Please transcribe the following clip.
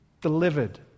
delivered